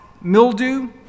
mildew